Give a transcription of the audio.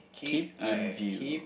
keep in view